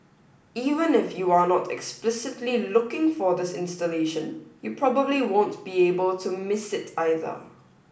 even if you are not explicitly looking for this installation you probably won't be able to miss it either